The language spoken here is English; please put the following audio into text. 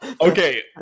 Okay